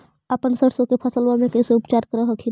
अपन सरसो के फसल्बा मे कैसे उपचार कर हखिन?